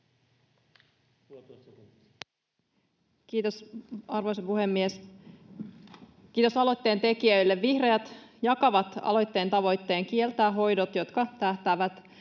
Kiitos, arvoisa puhemies! Kiitos aloitteentekijöille. Vihreät jakavat aloitteen tavoitteen kieltää hoidot, jotka tähtäävät